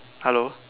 hello